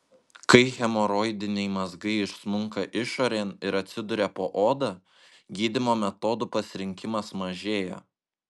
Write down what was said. kai hemoroidiniai mazgai išsmunka išorėn ir atsiduria po oda gydymo metodų pasirinkimas mažėja